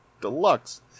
deluxe